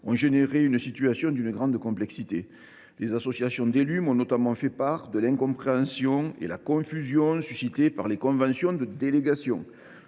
ont conduit à une situation d’une grande complexité. Les associations d’élus m’ont notamment fait part de l’incompréhension et de la confusion suscitées par les conventions de délégation.